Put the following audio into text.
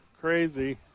Crazy